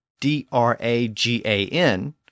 d-r-a-g-a-n